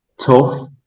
tough